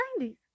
90s